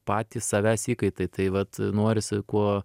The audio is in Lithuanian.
patys savęs įkaitai tai vat norisi kuo